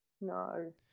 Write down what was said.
No